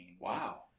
Wow